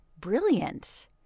brilliant